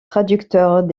traducteurs